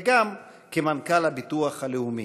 וגם כמנכ"ל הביטוח הלאומי.